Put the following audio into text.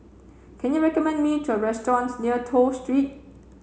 can you recommend me to a restaurants near Toh Street